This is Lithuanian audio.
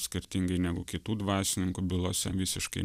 skirtingai negu kitų dvasininkų bylose visiškai